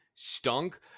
stunk